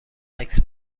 عکس